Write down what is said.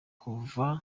kuva